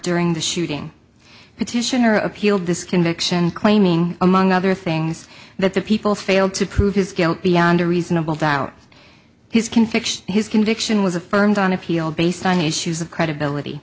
during the shooting petitioner appealed this conviction claiming among other things that the people failed to prove his guilt beyond a reasonable doubt his conviction his conviction was affirmed on appeal based on issues of credibility